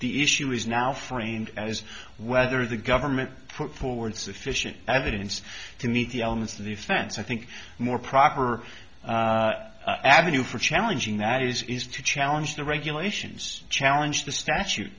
the issue is now framed as whether the government put forward sufficient evidence to meet the elements of the offense i think more proper avenue for challenging that is is to challenge the regulations challenge the statute